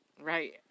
right